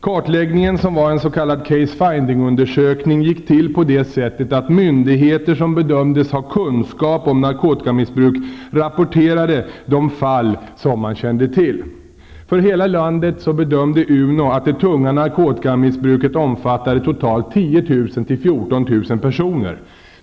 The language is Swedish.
Kartläggningen, som var en s.k. case-findingundersökning, gick till så att myndigheter som bedömdes ha kunskap om narkotikamissbruk rapporterade de ''fall'' som de kände till.